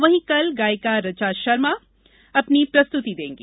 वहीं कल गायिका ऋचा शर्मा अपनी प्रस्तुति देंगी